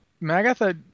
Magatha